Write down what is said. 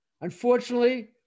Unfortunately